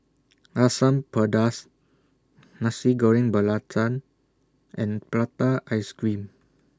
Asam Pedas Nasi Goreng Belacan and Prata Ice Cream